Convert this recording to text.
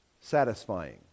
satisfying